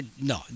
no